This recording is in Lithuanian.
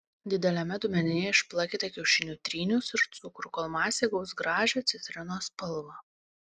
dideliame dubenyje išplakite kiaušinių trynius ir cukrų kol masė įgaus gražią citrinos spalvą